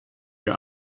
you